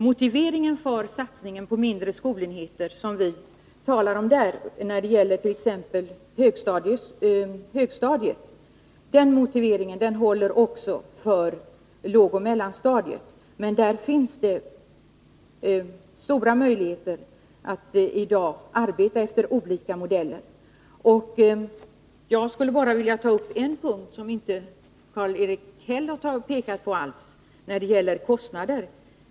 Motiveringen till satsningen på mindre skolenheter, som vi har talat om där när det gäller t.ex. högstadiet, håller också för lågoch mellanstadiet. Men där finns det stora möjligheter i dag att arbeta efter olika modeller. Jag skulle vilja ta upp en punkt som Karl-Erik Häll inte pekade på alls när det gäller kostnader.